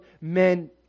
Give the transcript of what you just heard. men